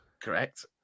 Correct